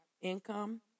income